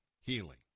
healing